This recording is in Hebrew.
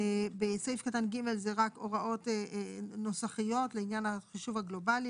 בסעיף קטן (ג) זה רק הוראות נוסחיות לעניין החישוב הגלובלי,